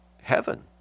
Heaven